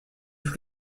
tous